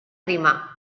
rima